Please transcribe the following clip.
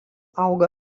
auga